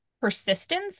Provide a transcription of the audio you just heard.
persistence